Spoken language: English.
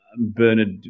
Bernard